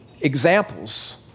examples